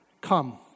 Come